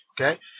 Okay